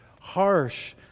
harsh